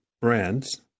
brands